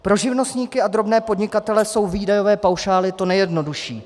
Pro živnostníky a drobné podnikatele jsou výdajové paušály to nejjednodušší.